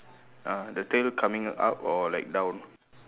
uh the tail coming up or like down